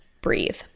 breathe